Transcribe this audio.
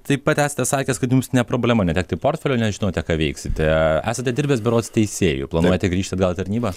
taip pat esate sakęs kad jums ne problema netekti portfelio nes žinote ką veiksite esate dirbęs berods teisėju planuojate grįžti atgal į tarnybą